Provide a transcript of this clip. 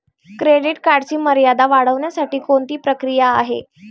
Credit कार्डची मर्यादा वाढवण्यासाठी कोणती प्रक्रिया आहे?